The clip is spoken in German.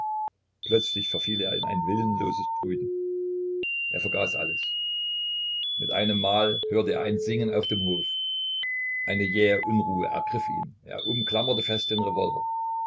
plötzlich verfiel er in ein willenloses brüten er vergaß alles mit einem mal hörte er ein singen auf dem hof eine jähe unruhe ergriff ihn er umklammerte fest den revolver